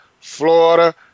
Florida –